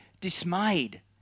dismayed